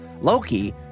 Loki